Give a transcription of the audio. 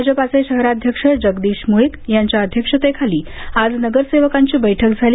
भाजपाचे शहराध्यक्ष जगदीश मुळीक यांच्या अध्यक्षतेखाली आज नगरसेवकांची बैठक झाली